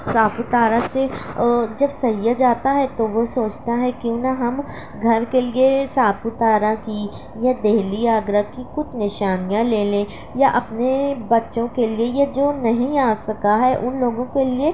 ساپو پارہ سے جب سیاح جاتا ہے تو وہ سوچتا ہے کیوں نہ ہم گھر کے لیے ساپو تارہ کی یا دہلی آگرہ کی کچھ نشانیاں لے لیں یا اپنے بّچوں کے لیے جو نہیں آ سکا ہے ان لوگوں کے لیے